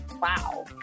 wow